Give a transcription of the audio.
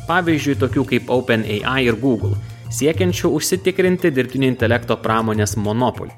pavyzdžiui tokių kaip openai ir google siekiančių užsitikrinti dirbtinio intelekto pramonės monopolį